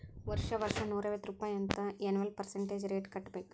ವರ್ಷಾ ವರ್ಷಾ ನೂರಾ ಐವತ್ತ್ ರುಪಾಯಿ ಅಂತ್ ಎನ್ವಲ್ ಪರ್ಸಂಟೇಜ್ ರೇಟ್ ಕಟ್ಟಬೇಕ್